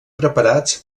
preparats